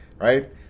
right